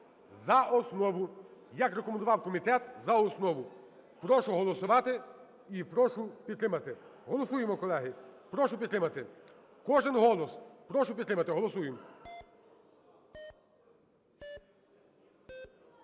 за основу, як рекомендував комітет, за основу. Прошу голосувати і прошу підтримати. Голосуємо, колеги. Прошу підтримати. Кожен голос, прошу підтримати. Голосуємо.